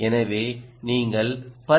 எனவே நீங்கள் pulsesensor